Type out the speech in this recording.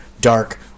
dark